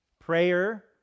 prayer